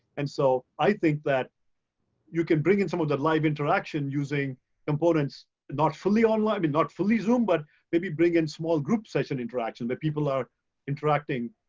and so, i think that you can bring in some of that live interaction using components not fully online and not fully zoom but maybe bring in small group session interaction where people are interacting,